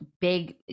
big